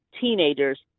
teenagers